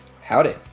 Howdy